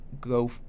go